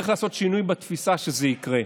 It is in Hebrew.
בו, וצריך לעשות שינוי בתפיסה כדי שזה יקרה.